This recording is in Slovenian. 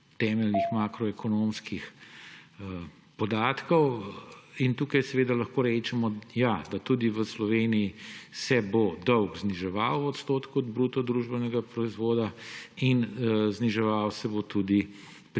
temeljnih makroekonomskih podatkov. In tukaj lahko rečemo, ja, tudi v Sloveniji se bo dolg zniževal v odstotku od bruto družbenega proizvoda in zniževal se bo tudi